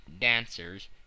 dancers